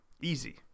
Easy